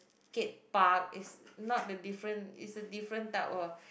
skate park it's not the different it's a different type of